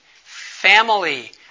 family